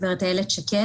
הגב' איילת שקד,